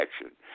action